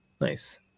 Nice